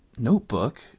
notebook